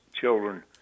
children